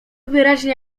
wyraźnie